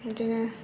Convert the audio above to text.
बिदिनो